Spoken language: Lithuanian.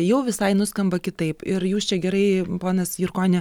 jau visai nuskamba kitaip ir jūs čia gerai ponas jurkoni